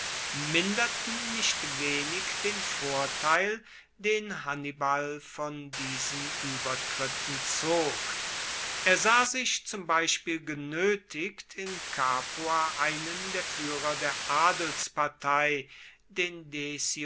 minderten nicht wenig den vorteil den hannibal von diesen uebertritten zog er sah sich zum beispiel genoetigt in capua einen der fuehrer der adelspartei den